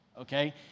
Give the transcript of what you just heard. okay